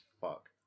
fuck